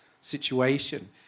situation